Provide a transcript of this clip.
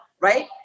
right